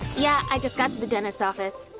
yeah, i just got to the dentist office.